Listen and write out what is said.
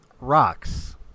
rocks